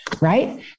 right